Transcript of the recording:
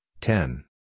ten